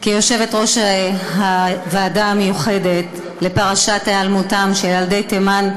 כיושבת-ראש הוועדה המיוחדת לפרשת היעלמותם של ילדי תימן,